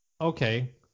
okay